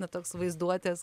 na toks vaizduotės